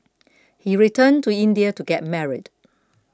he returned to India to get married